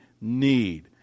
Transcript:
need